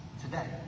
today